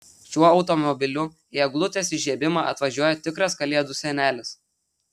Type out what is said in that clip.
šiuo automobiliu į eglutės įžiebimą atvažiuoja tikras kalėdų senelis